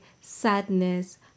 sadness